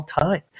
time